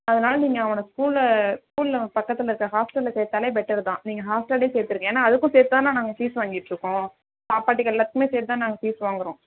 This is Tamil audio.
அதனால் நீங்கள் அவனை ஸ்கூலில் ஸ்கூலில் பக்கத்தில் இருக்கற ஹாஸ்டலில் சேர்த்தாலே பெட்டர் தான் நீங்கள் ஹாஸ்டலில் சேர்த்துருங்க ஏன்னால் அதுக்கும் சேர்த்து தானே நாங்கள் ஃபீஸ் வாங்கிட்டு இருக்கோம் சாப்பாட்டுக்கு எல்லாத்துக்கும் சேர்த்து தான் நாங்கள் ஃபீஸ் வாங்குகிறோம்